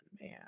man